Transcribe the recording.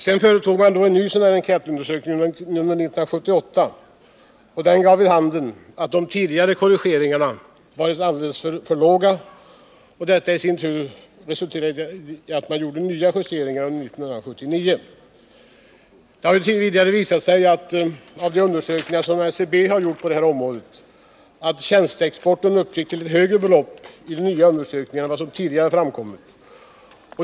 Sedan gjorde man en ny enkät för år 1978, vilken gav vid handen att de tidigare korrigeringarna varit alldeles för små. Detta i sin tur resulterade i att man gjorde nya justeringar under 1979. Det har vidare visat sig, av de undersökningar som SCB har gjort på det här området, att tjänsteexporten uppgick till ett högre belopp enligt den nya undersökningen än vad som tidigare framkommit.